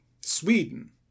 Sweden